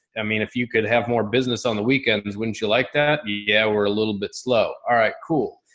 i mean if you could have more business on the weekends, wouldn't you like that? yeah, we're a little bit slow. all right, cool.